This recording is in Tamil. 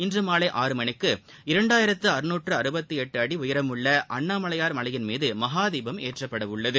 இன்றுமாலை ஆறு மணிக்கு இரண்டாயிரத்துஅறுநுற்றுஅறுபத்துஎட்டுஅடிஉயரமுள்ளஅண்ணாமலையார் மலையின் மீதமகாதீபம் ஏற்றப்படஉள்ளது